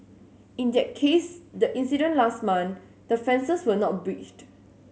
in that case the incident last month the fences were not breached